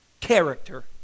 character